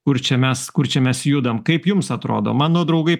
kur čia mes kur čia mes judam kaip jums atrodo mano draugai